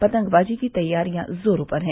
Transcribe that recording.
पंतगबाजी की तैयारियां जोरो पर है